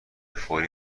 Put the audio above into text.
فوری